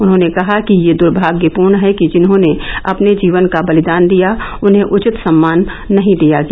उन्होंने कहा कि यह दर्भाग्यपुर्ण है कि जिन्होंने अपने जीवन का बलिदान दिया उन्हें उचित सम्मान नहीं दिया गया